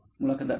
मुलाखतदार होय